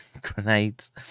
grenades